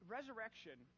Resurrection